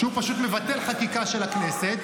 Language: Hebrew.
הוא פשוט מבטל חקיקה של הכנסת,